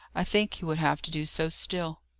i think he would have to do so still.